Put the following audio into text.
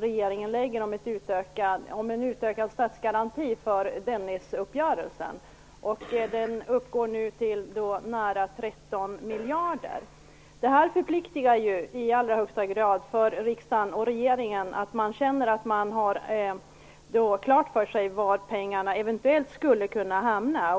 regeringens förslag om en utökad statsgaranti för Dennisuppgörelsen. Den uppgår nu till nära 13 miljarder. Det här förpliktar ju i allra högsta grad riksdagen och regeringen att ha klart för sig var pengarna eventuellt skulle kunna hamna.